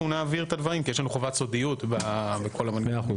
נעביר את הדברים כי יש לנו חובת סודיות בכל המנגנונים